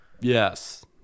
Yes